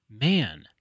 man